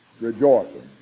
rejoicing